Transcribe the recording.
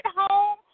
home